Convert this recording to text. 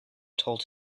told